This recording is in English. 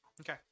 Okay